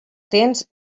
tens